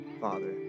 Father